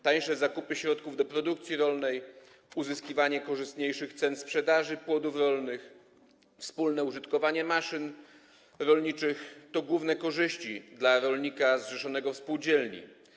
Tańsze zakupy środków do produkcji rolnej, uzyskiwanie korzystniejszych cen sprzedaży płodów rolnych, wspólne użytkowanie maszyn rolniczych to główne korzyści dla rolnika zrzeszonego w spółdzielni.